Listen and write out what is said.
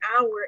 hour